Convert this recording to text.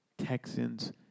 Texans